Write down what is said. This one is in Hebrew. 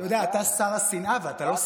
אתה יודע, אתה שר השנאה, בוודאי.